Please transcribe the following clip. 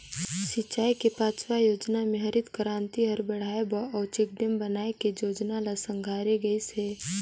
सिंचई के पाँचवा योजना मे हरित करांति हर बड़हाए बर अउ चेकडेम बनाए के जोजना ल संघारे गइस हे